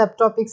subtopics